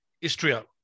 istria